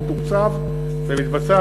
הוא מתוקצב ומתבצע.